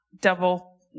double